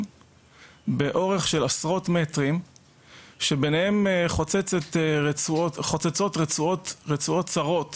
באורך של עשרות מטרים שביניהם חוצצות רצועות צרות